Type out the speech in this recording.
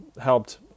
helped